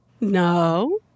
No